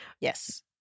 Yes